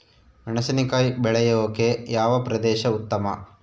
ಮೆಣಸಿನಕಾಯಿ ಬೆಳೆಯೊಕೆ ಯಾವ ಪ್ರದೇಶ ಉತ್ತಮ?